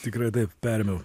tikrai taip perėmiau